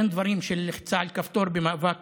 אין דברים של לחיצה על כפתור במאבק